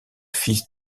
fils